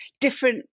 different